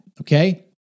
okay